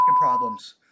problems